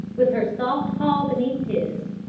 with her soft paw beneath his,